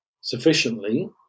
sufficiently